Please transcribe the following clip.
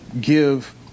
give –